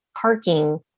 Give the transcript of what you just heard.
parking